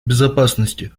безопасности